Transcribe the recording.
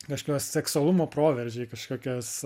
gašlios seksualumo proveržiai kažkokias